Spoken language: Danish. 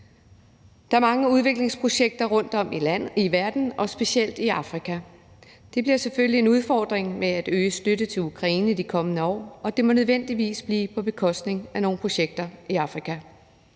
Der er mange udviklingsprojekter rundtom i verden og specielt i Afrika. Der bliver selvfølgelig en udfordring med at øge en støtte til Ukraine i de kommende år, og det må nødvendigvis blive på bekostning af nogle projekter i Afrika.